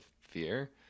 fear